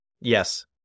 Yes